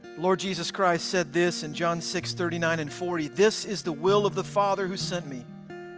lord jesus christ said this in john six thirty nine and forty, this is the will of the father who sent me,